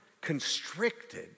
constricted